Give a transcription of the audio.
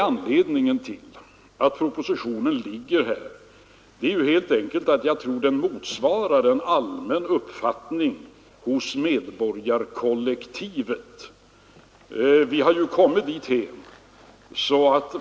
Anledningen till att denna proposition framlagts är helt enkelt att jag tror att den motsvarar en allmän uppfattning hos medborgarkollektivet.